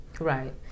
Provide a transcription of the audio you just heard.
Right